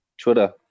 Twitter